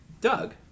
Doug